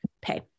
pay